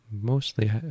Mostly